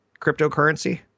cryptocurrency